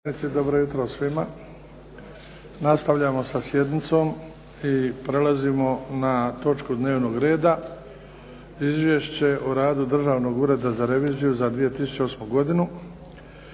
dobro jutro svima. Nastavljamo sa sjednicom i prelazimo na točku dnevnog reda a) Izvješće o radu Državnog ureda za reviziju za 2008. godinu